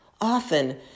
Often